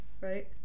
right